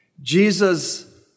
Jesus